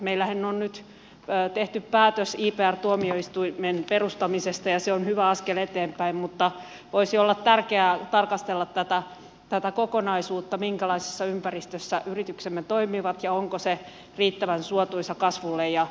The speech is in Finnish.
meillähän on nyt tehty päätös ipr tuomioistuimen perustamisesta ja se on hyvä askel eteenpäin mutta voisi olla tärkeää tarkastella tätä kokonaisuutta minkälaisessa ympäristössä yrityksemme toimivat ja onko se riittävän suotuisa kasvulle ja uusien yrityksien syntymisille